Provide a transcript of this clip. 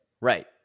right